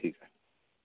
ठीक आहे